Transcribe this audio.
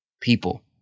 people